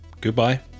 goodbye